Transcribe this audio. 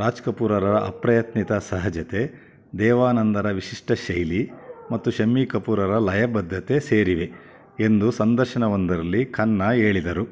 ರಾಜ್ ಕಪೂರರ ಅಪ್ರಯತ್ನಿತ ಸಹಜತೆ ದೇವಾನಂದರ ವಿಶಿಷ್ಟ ಶೈಲಿ ಮತ್ತು ಶಮ್ಮಿ ಕಪೂರರ ಲಯಬದ್ಧತೆ ಸೇರಿವೆ ಎಂದು ಸಂದರ್ಶನವೊಂದರಲ್ಲಿ ಖನ್ನಾ ಹೇಳಿದರು